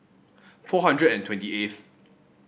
four hundred and twenty eighth